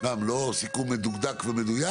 לא סיכום מדוקדק ומדויק